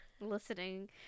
listening